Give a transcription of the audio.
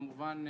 כמובן,